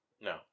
No